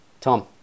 Tom